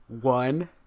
one